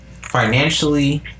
Financially